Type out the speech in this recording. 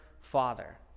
Father